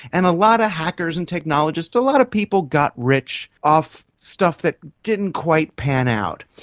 and a lot of hackers and technologists, a lot of people got rich off stuff that didn't quite pan out.